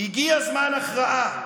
"הגיע זמן הכרעה.